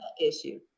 issue